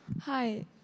Hi